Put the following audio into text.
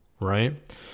right